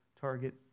Target